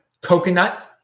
coconut